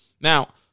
now